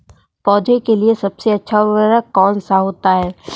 पौधे के लिए सबसे अच्छा उर्वरक कौन सा होता है?